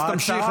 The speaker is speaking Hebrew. תמשיך,